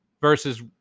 versus